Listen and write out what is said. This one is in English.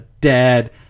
dead